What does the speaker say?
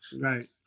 Right